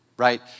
right